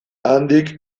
handik